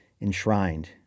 enshrined